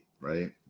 Right